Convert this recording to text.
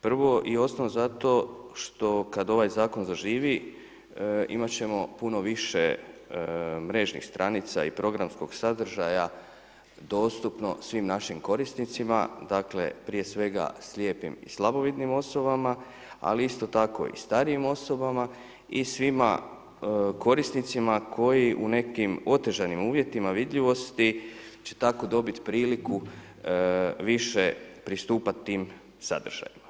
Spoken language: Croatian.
Prvo i osnovno zato što kad ovaj Zakon zaživi imat ćemo puno više mrežnih stranica i programskog sadržaja dostupno svim našim korisnicima, dakle prije svega slijepim i slabovidnim osobama ali isto tako i starijim osobama i svima korisnicima koji u nekim otežanim uvjetima vidljivosti će tako dobiti priliku više pristupati tim sadržajima.